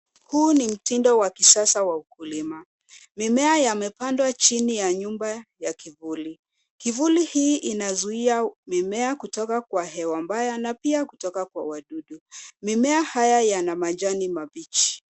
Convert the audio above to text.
Huu ni mtindo wa kisasa wa ukulima. Mimea yamepandwa chini ya nyumba ya kivuli. Kivuli hii inazuia mimea kutoka kwa hewa mbaya na pia kutoka kwa wadudu. Mimea haya yana majani mabichi.